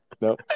No